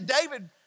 David